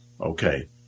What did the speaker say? okay